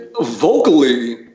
vocally